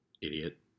Idiot